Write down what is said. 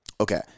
Okay